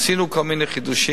עשינו כל מיני חידושים,